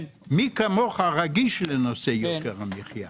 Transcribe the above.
מי כמוך רגיש לנושא יוקר המחיה.